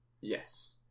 Yes